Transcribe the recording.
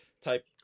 type